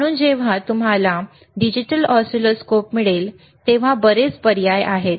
म्हणून जेव्हा तुम्हाला डिजिटल ऑसिलोस्कोप मिळेल तेव्हा बरेच पर्याय आहेत